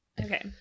Okay